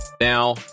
now